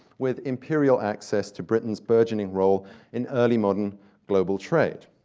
with imperial access to britain's burgeoning role in early modern global trade.